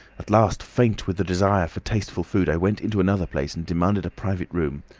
at last, faint with the desire for tasteful food, i went into another place and demanded a private room.